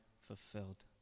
fulfilled